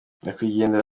nyakwigendera